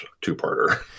two-parter